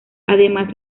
además